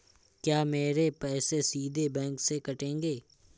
क्या मेरे पैसे सीधे बैंक से कटेंगे?